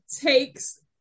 takes